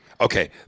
Okay